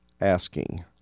asking